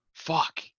Fuck